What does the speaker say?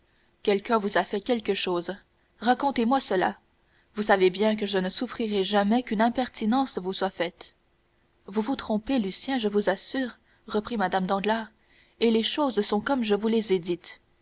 quelqu'un vous a fait quelque chose racontez-moi cela vous savez bien que je ne souffrirai jamais qu'une impertinence vous soit faite vous vous trompez lucien je vous assure reprit mme danglars et les choses sont comme je vous les ai dites